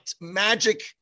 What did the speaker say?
magic